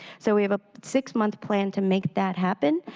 so we have a six month plan to make that happen,